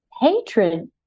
hatred